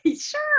Sure